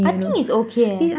I think is okay eh